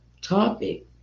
Topic